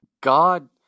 God